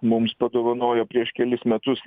mums padovanojo prieš kelis metus